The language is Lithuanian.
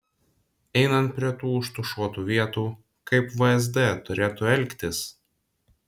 einant prie tų užtušuotų vietų kaip vsd turėtų elgtis